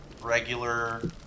regular